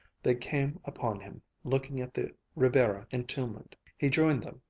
they came upon him, looking at the ribera entombment. he joined them,